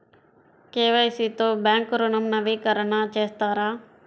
KYC తో bank ఋణం నవీకరణ చేస్తారా?